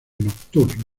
nocturno